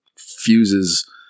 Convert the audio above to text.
fuses